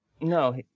No